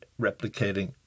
replicating